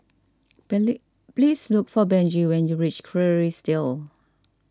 please look for Benji when you reach Kerrisdale